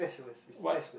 what